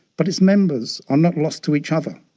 but its members are not lost to each other.